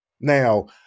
Now